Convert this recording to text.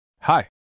Hi